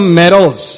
medals